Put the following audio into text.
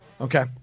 Okay